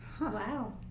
Wow